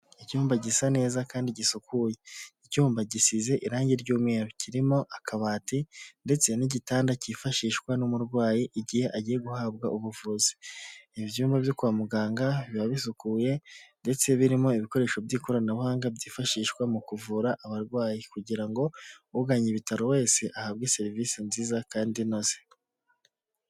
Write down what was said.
Icyumba gisa neza kandi gisukuye, icyumba gisize irangi ry'umweru, kirimo akabati ndetse n'igitanda cyifashishwa n'umurwayi igihe agiye guhabwa ubuvuzi, ibyumba byo kwa muganga biba bisukuye ndetse birimo ibikoresho by'ikoranabuhanga byifashishwa mu kuvura abarwayi kugira ngo uganye ibitaro wese ahabwe serivisi nziza kandi inoze.